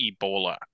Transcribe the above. Ebola